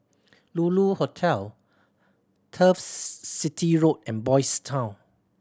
Lulu Hotel Turf City Road and Boys' Town